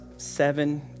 seven